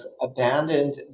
abandoned